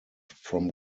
from